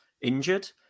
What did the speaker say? injured